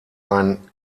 ein